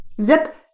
zip